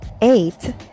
eight